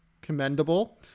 commendable